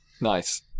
Nice